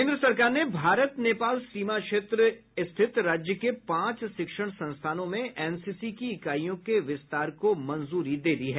केन्द्र सरकार ने भारत नेपाल सीमा क्षेत्र स्थित राज्य के पांच शिक्षण संस्थानों में एनसीसी की इकाइयों के विस्तार को मंजूरी दी है